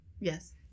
Yes